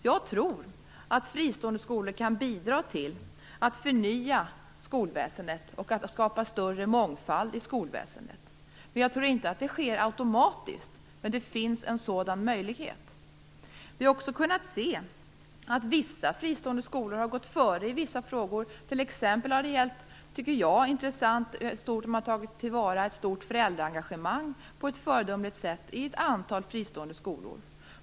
Jag tror att fristående skolor kan bidra till att förnya skolväsendet och skapa större mångfald i skolväsendet. Jag tror inte att det sker automatiskt, men det finns en sådan möjlighet. Vi har också kunnat se att några fristående skolor har gått före i vissa frågor. Jag tycker t.ex. att det är intressant hur ett antal fristående skolor tagit till vara ett stort föräldraengagemang på ett föredömligt sätt.